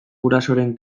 gurasoren